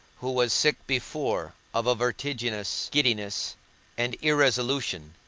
who was sick before of a vertiginous giddiness and irresolution,